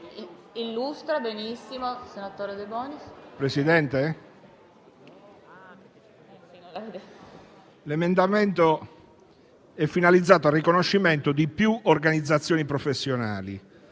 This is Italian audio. l'emendamento è finalizzato al riconoscimento di più organizzazioni professionali,